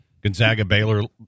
Gonzaga-Baylor